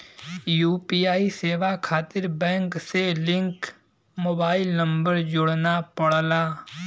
UPI सेवा खातिर bank से लिंक मोबाइल नंबर जोड़ना पड़ला